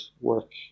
work